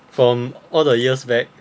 from all the years back